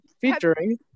featuring